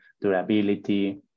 durability